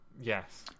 Yes